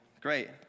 Great